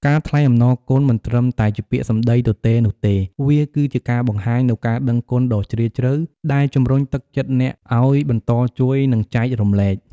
ការថ្លែងអំណរគុណមិនត្រឹមតែជាពាក្យសម្ដីទទេនោះទេ វាគឺជាការបង្ហាញនូវការដឹងគុណដ៏ជ្រាលជ្រៅ ដែលជំរុញទឹកចិត្តអ្នកឱ្យបន្តជួយ និងចែករំលែក។